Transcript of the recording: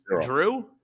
Drew